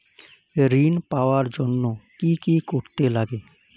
ঋণ পাওয়ার জন্য কি কি করতে লাগে?